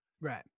Right